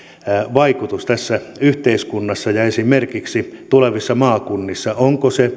vaikutus tässä yhteiskunnassa ja esimerkiksi tulevissa maakunnissa onko se